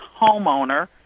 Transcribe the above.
homeowner